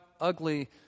ugly